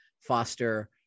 foster